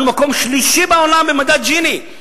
אנחנו מקום שלישי בעולם במדד ג'יני.